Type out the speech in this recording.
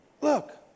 Look